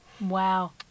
Wow